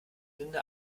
linda